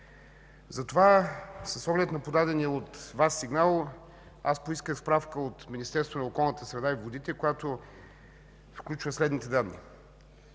Затова с оглед на подадения от Вас сигнал, аз поисках справка от Министерството на околната среда и водите, която включва следните данни.